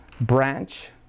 branch